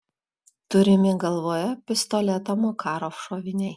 turimi galvoje pistoleto makarov šoviniai